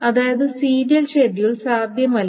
അതായത് serial schedule സാധ്യമല്ല